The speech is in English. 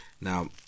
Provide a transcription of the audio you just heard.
Now